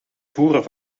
voeren